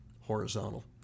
horizontal